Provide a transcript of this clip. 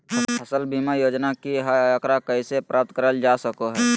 फसल बीमा योजना की हय आ एकरा कैसे प्राप्त करल जा सकों हय?